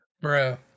Bro